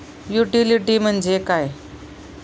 Utility म्हणजे काय?